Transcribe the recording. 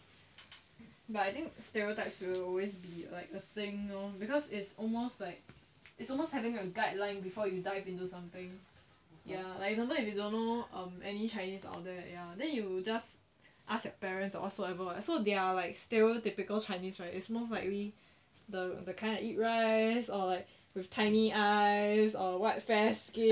but I think stereotypes will always be like a signal because it's almost having a guideline before you dive into something ya like example if you don't know um any chinese out there then you just ask your parents or whatsoever what so they are like stereotypical chinese right it's most likely the the kind that eat rice or like with tiny eyes or what fair skin